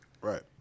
Right